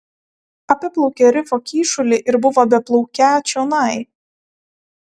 apiplaukė rifo kyšulį ir buvo beplaukią čionai